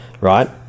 right